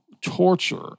torture